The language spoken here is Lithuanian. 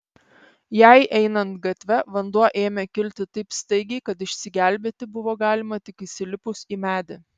jai einant gatve vanduo ėmė kilti taip staigiai kad išsigelbėti buvo galima tik įsilipus į medį